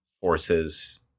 forces